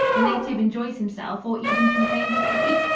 the native enjoys himself or even complains of the heat,